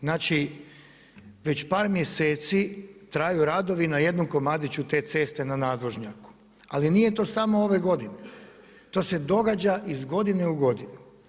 Znači, već par mjeseci traju radovi na jednom komadiću te ceste na nadvožnjaku, ali nije to samo ove godine, to se događa iz godine u godinu.